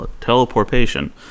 Teleportation